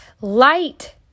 light